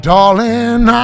Darling